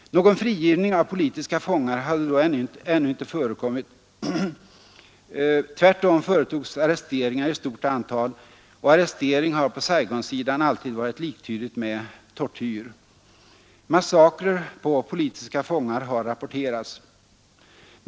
Någon frigivning av politiska fångar hade då ännu inte förekommit. Tvärtom företogs arresteringar i stort antal, och arrestering har på Saigonsidan alltid varit liktydigt med tortyr. Massakrer på politiska fångar har rapporterats.